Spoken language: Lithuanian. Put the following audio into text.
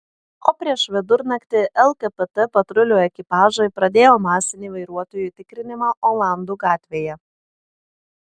o prieš vidurnaktį lkpt patrulių ekipažai pradėjo masinį vairuotojų tikrinimą olandų gatvėje